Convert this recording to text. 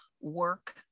work